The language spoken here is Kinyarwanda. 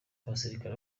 abasirikare